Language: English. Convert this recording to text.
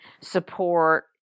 support